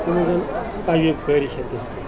یِمن زَن تَجرُبہٕ کٲری چھنہٕ تِژھ کیٚنٛہہ